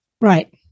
right